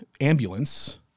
Ambulance